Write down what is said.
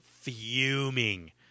fuming